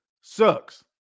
sucks